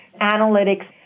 analytics